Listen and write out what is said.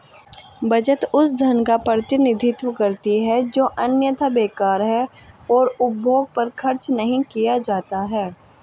बचत उस धन का प्रतिनिधित्व करती है जो अन्यथा बेकार है और उपभोग पर खर्च नहीं किया जाता है